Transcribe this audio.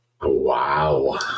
Wow